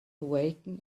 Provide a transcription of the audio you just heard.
awaken